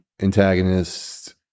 antagonist